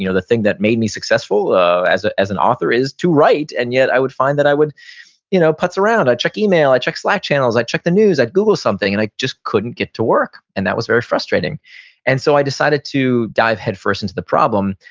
you know the thing that made me successful as ah as an author is to write, and yet i would find that i would you know putz around, i'd check you know i'd check slack channels, i'd check the news, i'd google something. and i just couldn't get to work, and that was very frustrating and so i decided to dive headfirst into the problem,